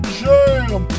jam